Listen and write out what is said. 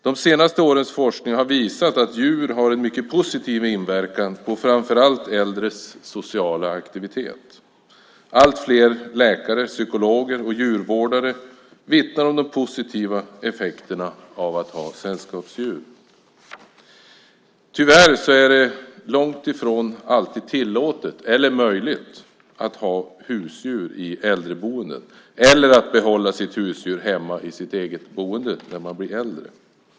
De senaste årens forskning har visat att djur har en mycket positiv inverkan på framför allt äldres sociala aktivitet. Allt fler läkare, psykologer och djurvårdare vittnar om de positiva effekterna av att ha sällskapsdjur. Tyvärr är det långt ifrån alltid tillåtet eller möjligt att ha husdjur i äldreboenden, eller att behålla sitt husdjur hemma i sitt eget boende när man blir äldre.